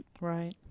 right